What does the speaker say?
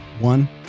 One